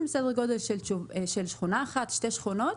סדר גודל של שכונה אחת-שתי שכונות,